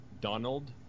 Donald